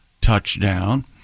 touchdown